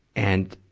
and